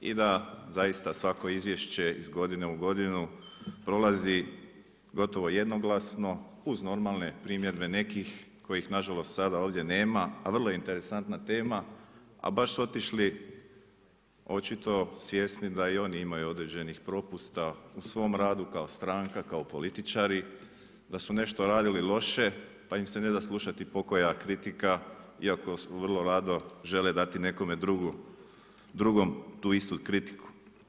I da zaista svako izvješće iz godine u godinu prolazi gotovo jednoglasno uz normalne primjedbe koje nažalost sada ovdje nema, a vrlo interesantna tema, a baš su otišli očito svjesni da i oni imaju određenih propusta u svom radu, kao stranka kao političari, da su nešto radili loše, pa im se neda slušati pokoja kritika, iako vrlo rado žele dati nekome drugom tu istu kritiku.